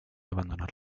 abandonar